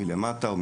אנחנו